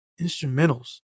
instrumentals